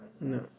No